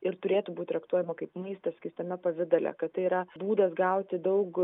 ir turėtų būt traktuojama kaip maistas skystame pavidale kad tai yra būdas gauti daug